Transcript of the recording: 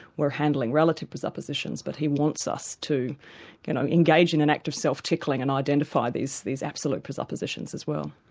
we're handling relative presuppositions, but he wants us to engage in an act of self-tickling, and identify these these absolute presuppositions as well.